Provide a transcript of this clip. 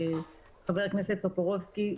ח"כ טופורובסקי,